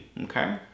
okay